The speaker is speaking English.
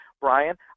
Brian